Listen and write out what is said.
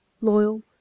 loyal